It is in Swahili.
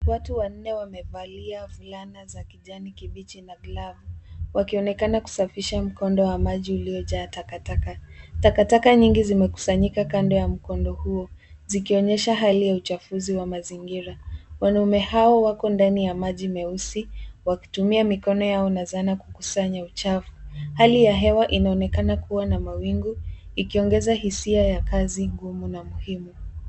Watu wanne wamevalia fulana za kijani kibichi na glavu wakionekana kusafisha mkondo wa maji uliyojaa takataka. Takataka nyingi zimekusanyika kando ya mkondo huo zikionyesha hali ya uchafuzi wa mazingira. Wanaume hawa wako ndani ya maji meusi, wakitumia mikono yao na zana kukusanya uchafu. Hali ya hewa inaonekana kuwa na mawingu ikiongeza hisia ya kazi ngumu na muhimu.